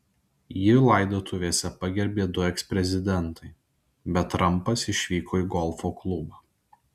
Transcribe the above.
jį laidotuvėse pagerbė du eksprezidentai bet trampas išvyko į golfo klubą